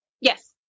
yes